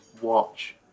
watch